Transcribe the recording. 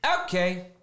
Okay